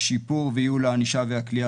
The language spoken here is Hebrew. שיפור וייעול הענישה והכליאה,